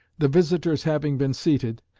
the visitors having been seated,